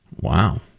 Wow